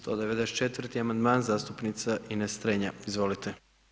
194. amandman zastupnica Ines Strenja, izvolite.